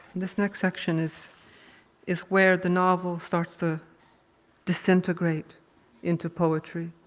this next section is is where the novel starts to disintegrate into poetry.